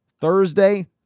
Thursday